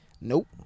Nope